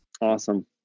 Awesome